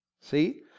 See